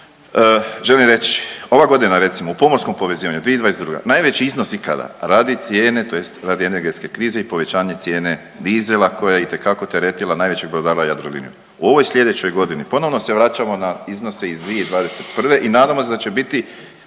želim reći, ova godina recimo u pomorskom povezivanju 2022. najveći iznos ikada radi cijene tj. radi energetske krize i povećanje cijene dizela koja je itekako teretila najvećeg brodara Jadroliniju. U ovoj slijedećoj godini ponovno se vraćamo na iznose iz 2021. i nadamo se da će biti